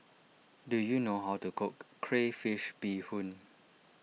do you know how to cook Crayfish BeeHoon